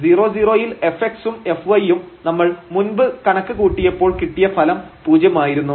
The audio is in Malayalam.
00 ൽ fx ഉം fy യും നമ്മൾ മുൻപ് കണക്ക് കൂട്ടിയപ്പോൾ കിട്ടിയ ഫലം പൂജ്യമായിരുന്നു